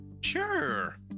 Sure